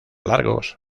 largos